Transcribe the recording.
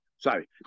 Sorry